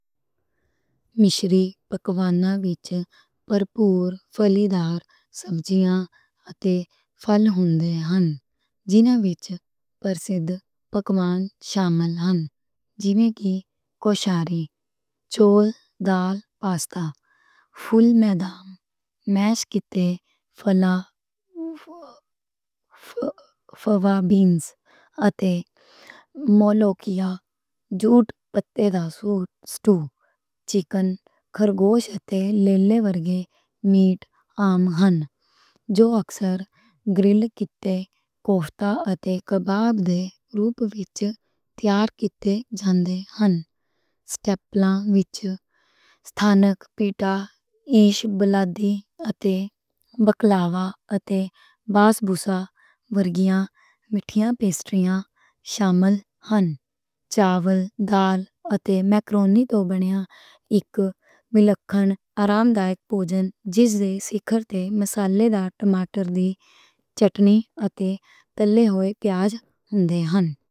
مچھلی پکواناں وچ پرپور فل دار سبزیاں تے پھل ہندے نیں۔ جیڑیاں وچ مشہور پکوان شامل نیں۔ جی میں کہ کوشاری، چاول، دال، پاستا، فول مدامس، فاوا بینز تے، مولوخیا، جُوٹ پتے دا سوپ، سٹو، چکن، خرگوش تے لیلے ورگے ماس، عام نیں۔ جو اکثر گرل کِتے، روسٹ تے کباب دے طور وچ تیار کِتے جان دے نیں۔ سٹپلاں وچ مقامی، پیٹا، عیش بلادی تے بکلاوا تے بسبوسہ ورگیاں مٹھیاں پیسٹریاں شامل نیں۔